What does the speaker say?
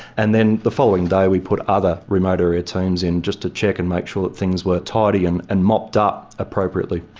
and then the following day we put other remote area teams in, just to check and make sure that things were tidy and and mopped up appropriately.